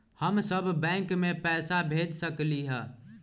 हम सब बैंक में पैसा भेज सकली ह?